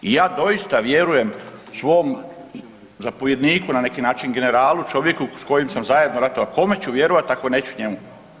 Ja doista vjerujem svom zapovjedniku na neki način, generalu, čovjeku s kojim sam zajedno ratovao, kome ću vjerovati ako neću njemu.